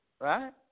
right